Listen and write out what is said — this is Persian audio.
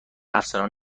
افسران